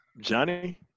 Johnny